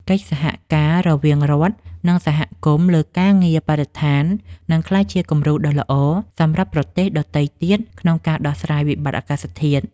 កិច្ចសហការរវាងរដ្ឋ និងសហគមន៍លើការងារបរិស្ថាននឹងក្លាយជាគំរូដ៏ល្អសម្រាប់ប្រទេសដទៃទៀតក្នុងការដោះស្រាយវិបត្តិអាកាសធាតុ។